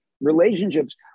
relationships